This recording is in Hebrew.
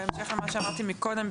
בהמשך למה שאמרתי מקודם,